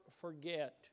forget